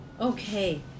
Okay